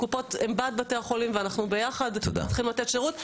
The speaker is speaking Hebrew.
הקופות הן בעד בתי החולים ואנחנו צריכים לתת שירות ביחד.